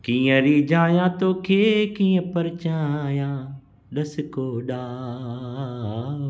कीअं रिझायां तोखे कीअं परचायां ॾस को ॾांव